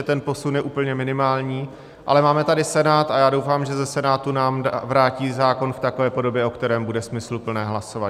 Ten posun je úplně minimální, ale máme tady Senát a já doufám, že ze Senátu nám vrátí zákon v takové podobě, o které bude smysluplné hlasovat.